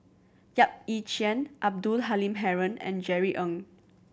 Yap Ee Chian Abdul Halim Haron and Jerry Ng